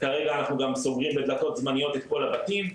כרגע אנחנו גם סוגרים בדלתות זמניות את כל הבתים,